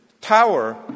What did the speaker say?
tower